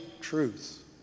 truth